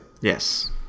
Yes